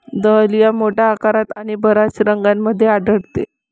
dahlia मोठ्या आकारात आणि बर्याच रंगांमध्ये आढळते